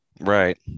Right